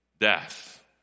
Death